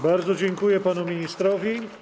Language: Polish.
Bardzo dziękuję panu ministrowi.